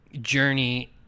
journey